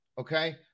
Okay